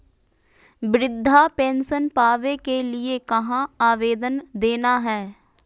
वृद्धा पेंसन पावे के लिए कहा आवेदन देना है?